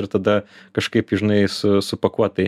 ir tada kažkaip žinai su supakuot tai